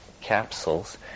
capsules